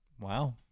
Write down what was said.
Wow